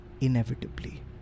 Inevitably